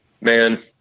Man